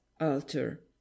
alter